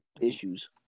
issues